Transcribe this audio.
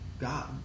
God